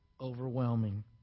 overwhelming